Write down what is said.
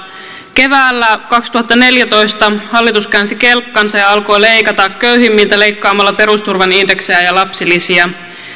keväällä kaksituhattaneljätoista hallitus käänsi kelkkansa ja alkoi leikata köyhimmiltä leikkaamalla perusturvan indeksejä ja ja lapsilisiä